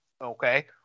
Okay